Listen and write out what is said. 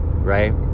right